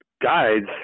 guides